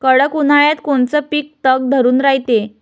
कडक उन्हाळ्यात कोनचं पिकं तग धरून रायते?